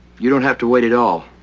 you don't have to wait at all,